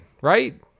right